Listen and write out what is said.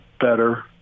better